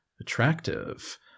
attractive